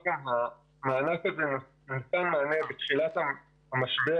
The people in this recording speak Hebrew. המענק הזה --- מענה בתחילת המשבר,